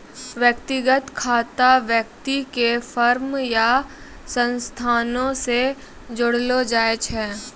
व्यक्तिगत खाता व्यक्ति के फर्म या संस्थानो से जोड़लो जाय छै